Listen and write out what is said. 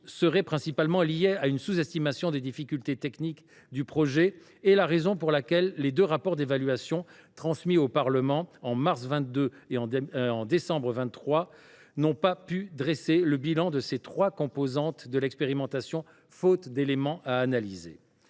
serait principalement lié à une sous estimation des difficultés techniques du projet, est la raison pour laquelle les deux rapports d’évaluation, transmis au Parlement en mars 2022 et en décembre 2023, n’ont pas pu dresser le bilan de ces trois composantes de l’expérimentation, faute d’éléments à analyser.